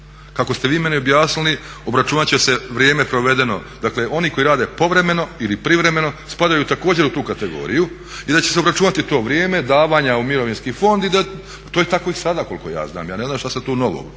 Kako ste vi meni objasnili obračunati će se vrijeme provedeno, dakle oni koji rade povremeno ili privremeno spadaju također u tu kategoriju i da će se obračunati to vrijeme davanja u mirovinski fond i da, pa to je tako i sada koliko ja znam ja ne znam što se tu novog